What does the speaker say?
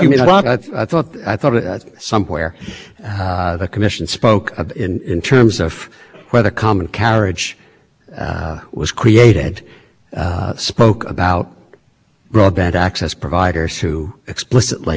on the basis of their express a view the first amendment of course applies to expression but transportation scran sporting being in the business of transporting people to all or substantially all in points of the internet is not expression and the fact